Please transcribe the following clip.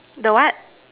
the what